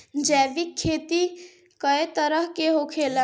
जैविक खेती कए तरह के होखेला?